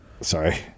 Sorry